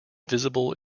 visible